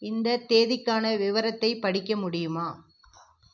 இந்த தேதிக்கான விவரத்தை படிக்க முடியுமா